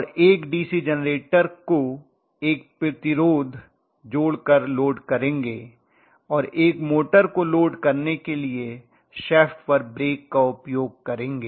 और एक DC generator को एक प्रतिरोध जोड़कर लोड करेंगे और एक मोटर को लोड करने के लिए शाफ़्ट पर ब्रेक का उपयोग करेंगे